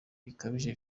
bikabije